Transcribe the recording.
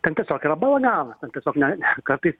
ten tiesiog yra balaganas ten tiesiog ne kartais